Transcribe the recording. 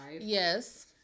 Yes